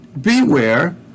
beware